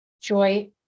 joy